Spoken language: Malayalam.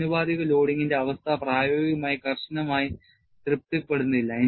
ആനുപാതിക ലോഡിംഗിന്റെ അവസ്ഥ പ്രായോഗികമായി കർശനമായി തൃപ്തിപ്പെടുന്നില്ല